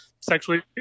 Sexually